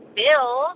bill